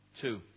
Two